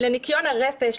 לניקיון הרפש,